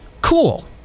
cool